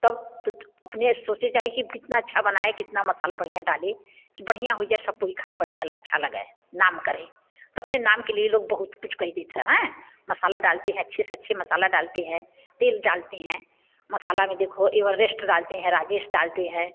तब तो अपने सोचने चाहिए कि कितना अच्छा बनाए कितना मसाला बढ़िया डालें कि बढ़िया हो जाए सब कोई खाए बढ़िया अच्छा लगे नाम करे तब अपने नाम के लिए लोग बहुत कुछ कह देते हैं मसाला डालते हैं अच्छे से अच्छे मसाले डालते हैं तेल डालते हैं मसाला मे देखो एवरेस्ट डालते हैं राजेश डालते हैं